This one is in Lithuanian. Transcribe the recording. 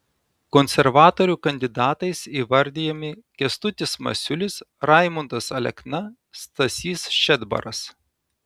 konservatorių kandidatais įvardijami kęstutis masiulis raimundas alekna stasys šedbaras